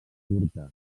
curta